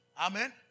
Amen